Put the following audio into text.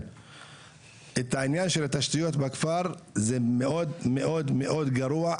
את העניין של התשתיות בכפר זה מאוד מאוד גרוע,